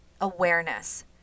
awareness